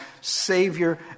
Savior